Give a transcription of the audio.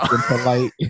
polite